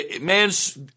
Man's